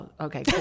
okay